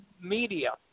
media